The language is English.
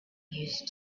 used